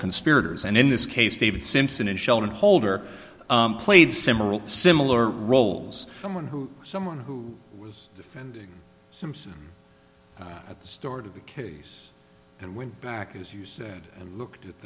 conspirators and in this case david simpson and sheldon holder played similar similar roles someone who someone who was defending simpson at the start of the case and went back as you said and looked at